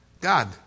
God